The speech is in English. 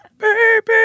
Baby